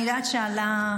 אני יודעת שעלה,